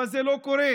אבל זה לא קורה.